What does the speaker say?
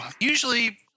usually